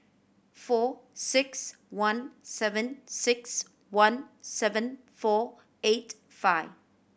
four six one seven six one seven four eight five